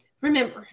remember